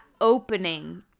opening